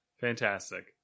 Fantastic